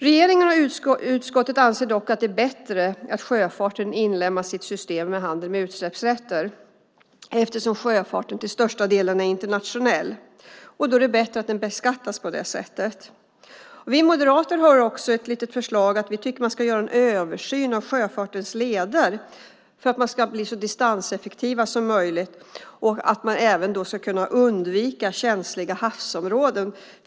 Regeringen och utskottet anser dock att det är bättre att sjöfarten inlemmas i ett system för handel med utsläppsrätter eftersom sjöfarten till största delen är internationell. Då är det bättre att den beskattas på det sättet. Vi moderater har ett litet förslag där vi tycker att man ska göra en översyn av sjöfartens leder för att den ska bli så distanseffektiv som möjligt och även kunna undvika känsliga havsområden.